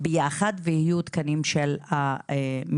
ביחד ויהיו תקנים של המדינה,